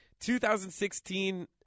2016